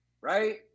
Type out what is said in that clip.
right